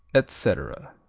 etc.